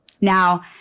Now